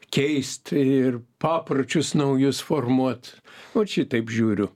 keist ir papročius naujus formuot ot šitaip žiūriu